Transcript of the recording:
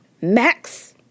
Max